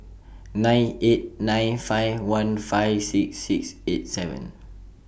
nine eight nine five one five six six eight seven